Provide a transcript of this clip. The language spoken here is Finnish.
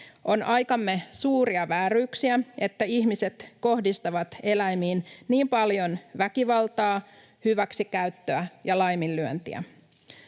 On aikamme suuria vääryyksiä, että ihmiset kohdistavat eläimiin niin paljon väkivaltaa, hyväksikäyttöä ja laiminlyöntiä.